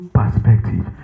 perspective